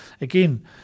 again